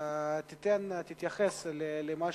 שתתייחס למה